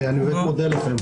אני מודה לכם.